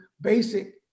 basic